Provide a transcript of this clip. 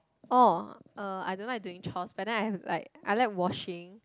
orh uh I don't like doing chores but then I've like I like washing